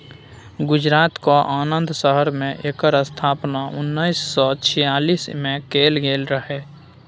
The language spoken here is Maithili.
गुजरातक आणंद शहर मे एकर स्थापना उन्नैस सय छियालीस मे कएल गेल रहय